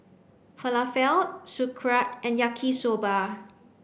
falafel sauerkraut and yaki soba